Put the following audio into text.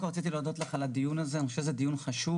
תודה על הדיון הזה, אני חושב שזה דיון חשוב,